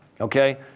Okay